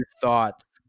thoughts